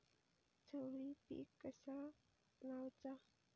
चवळी पीक कसा लावचा?